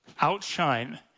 outshine